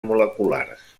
moleculars